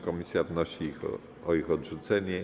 Komisja wnosi o ich odrzucenie.